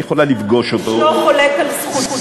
את יכולה לפגוש אותו, ואיש לא חולק על זכותו.